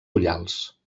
ullals